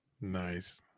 Nice